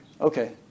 Okay